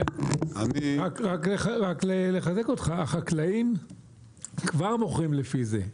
רק לחזק אותך, החקלאים כבר מוכרים לפי זה.